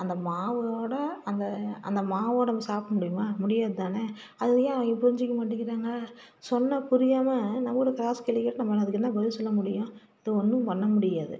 அந்த மாவோட அந்த அந்த மாவோட நம்ம சாப்பிட முடியுமா முடியாது தானே அது ஏன் அவங்க புரிஞ்சுக்க மாட்டேங்கிறாங்க சொன்னால் புரியாமல் நம்மக்கிட்டே க்ராஸ் கேள்வி கேட்டால் நம்ம அதுக்கு என்ன பதில் சொல்ல முடியும் அது ஒன்றும் பண்ணமுடியாது